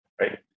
right